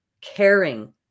caring